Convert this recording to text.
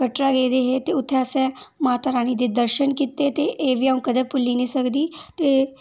कटड़ा गेदे हे ते उत्थै असें माता रानी दे दर्शन कीते ते एह् बी अ'ऊं कदें भुल्ली निं सकदी ते